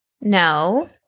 No